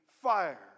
fire